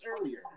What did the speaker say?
earlier